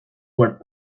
were